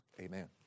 amen